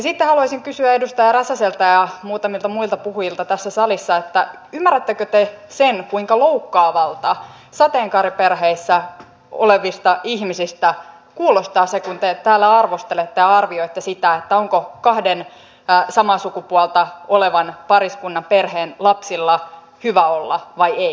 sitten haluaisin kysyä edustaja räsäseltä ja muutamilta muilta puhujilta tässä salissa ymmärrättekö te sen kuinka loukkaavalta sateenkaariperheissä olevista ihmisistä kuulostaa se kun te täällä arvostelette ja arvioitte sitä onko kahden samaa sukupuolta olevan pariskunnan perheen lapsilla hyvä olla vai ei